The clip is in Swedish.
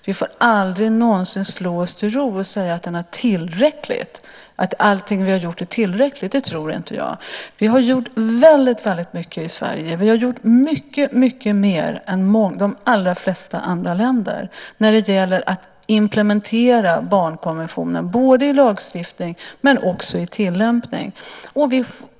Vi får aldrig någonsin slå oss till ro och säga att allt vi har gjort är tillräckligt. Vi har gjort mycket i Sverige. Vi har gjort mycket mer än de allra flesta andra länder när det gäller att implementera barnkonventionen, både i lagstiftning och i tillämpning.